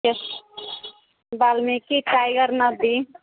Valmiki tiger नदी